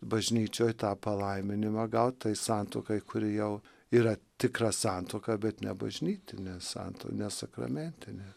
bažnyčioj tą palaiminimą gaut tai santuokai kuri jau yra tikra santuoka bet ne bažnytinė santuo ne sakramentinė